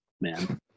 man